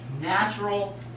natural